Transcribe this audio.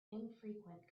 infrequent